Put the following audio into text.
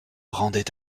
rendait